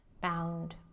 bound